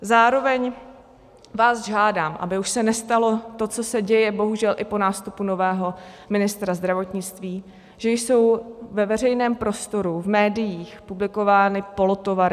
Zároveň vás žádám, aby už se nestalo to, co se děje bohužel i po nástupu nového ministra zdravotnictví, že jsou ve veřejném prostoru, v médiích publikovány polotovary.